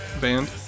band